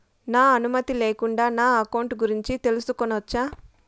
నా అనుమతి లేకుండా నా అకౌంట్ గురించి తెలుసుకొనొచ్చా?